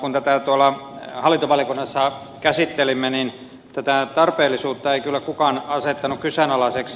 kun tätä hallintovaliokunnassa käsittelimme niin tätä tarpeellisuutta ei kyllä kukaan asettanut kyseenalaiseksi